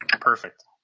Perfect